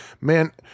man